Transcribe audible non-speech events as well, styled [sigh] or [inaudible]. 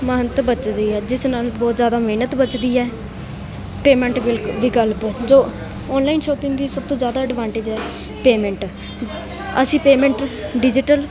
ਮਹਨਤ ਬਚਦੀ ਆ ਜਿਸ ਨਾਲ ਬਹੁਤ ਜਿਆਦਾ ਮਿਹਨਤ ਬਚਦੀ ਹੈ ਪੇਮੈਂਟ [unintelligible] ਵੀ ਦੀ ਗੱਲ ਜੋ ਔਨਲਾਈਨ ਸ਼ੌਪਿੰਗ ਦੀ ਸਭ ਤੋਂ ਜ਼ਿਆਦਾ ਐਡਵਾਂਟੇਜ ਹੈ ਪੇਮੈਂਟ ਅਸੀਂ ਪੇਮੈਂਟ ਡਿਜੀਟਲ